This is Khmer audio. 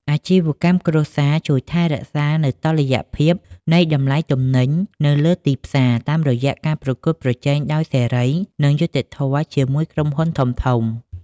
អាជីវកម្មគ្រួសារជួយថែរក្សានូវតុល្យភាពនៃតម្លៃទំនិញនៅលើទីផ្សារ តាមរយៈការប្រកួតប្រជែងដោយសេរី និងយុត្តិធម៌ជាមួយក្រុមហ៊ុនធំៗ។